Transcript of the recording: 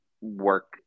work